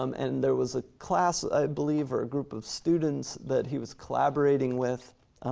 um and and there was a class, i believe, or a group of students that he was collaborating with,